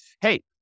Hey